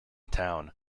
town